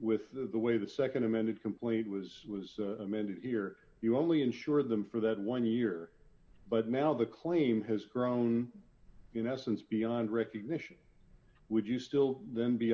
with the way the nd amended complaint was was amended here you only insured them for that one year but now the claim has grown in essence beyond recognition would you still then be